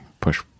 push